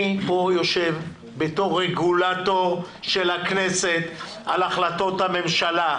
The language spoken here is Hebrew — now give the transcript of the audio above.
אני פה יושב בתור רגולטור של הכנסת על החלטות הממשלה,